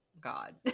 God